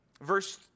verse